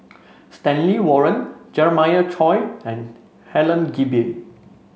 Stanley Warren Jeremiah Choy and Helen Gilbey